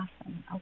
awesome